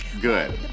good